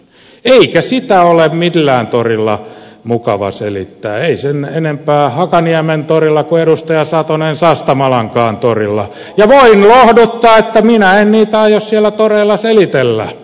eikä sitä ole millään torilla mukava selittää ei sen enempää hakaniemen torilla kuin edustaja satonen sastamalankaan torilla ja voin lohduttaa että minä en niitä aio siellä toreilla selitellä